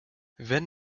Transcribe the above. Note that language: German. wenn